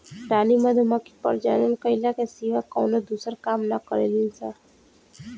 रानी मधुमक्खी प्रजनन कईला के सिवा कवनो दूसर काम ना करेली सन